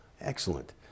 Excellent